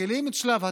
מקילים את שלב התכנון,